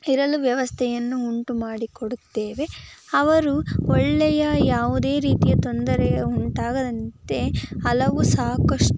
ಇರಲು ವ್ಯವಸ್ಥೆಯನ್ನು ಉಂಟು ಮಾಡಿಕೊಡುತ್ತೇವೆ ಅವರು ಒಳ್ಳೆಯ ಯಾವುದೇ ರೀತಿಯ ತೊಂದರೆಯು ಉಂಟಾಗದಂತೆ ಹಲವು ಸಾಕಷ್ಟು